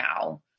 now